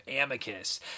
amicus